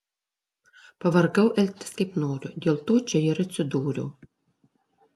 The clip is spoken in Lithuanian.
pavargau elgtis kaip noriu dėl to čia ir atsidūriau